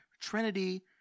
Trinity